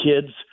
kids